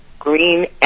green